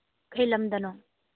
ꯀꯔꯤ ꯂꯝꯗꯅꯣ